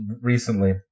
recently